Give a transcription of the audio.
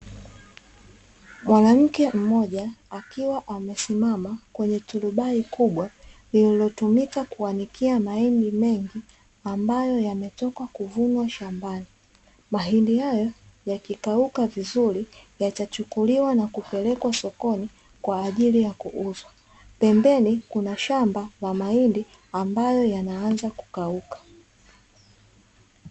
Mwanamke mmoja akiwa amesimama kwenye turubali kubwa lililotumika kuanikia mahindi mengi ambayo yametoka kuvunwa shambani. Mahindi hayo yakikauka vizuri yatachukuliwa na kupelekwa sokoni kwa ajili ya kuuzwa, pembeni kuna shamba la mahindi ambayo yanaanza kukauka.